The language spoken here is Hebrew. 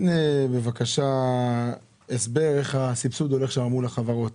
איך הסבסוד הולך בין החברות